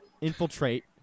infiltrate